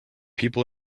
people